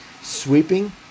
sweeping